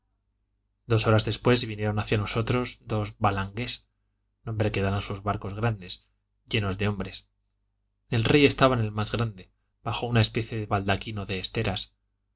dos horas después vinieron hacia nosotros dos balangués nombre que dan a sus barcos g randes llenos de hombres el rey estaba en el más grande bajo una especie de baldaquino de esteras